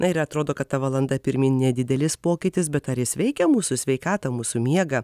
na ir atrodo kad ta valanda pirmyn nedidelis pokytis bet ar jis veikia mūsų sveikatą mūsų miegą